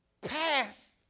pass